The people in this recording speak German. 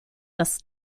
das